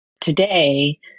today